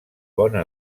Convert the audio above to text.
bona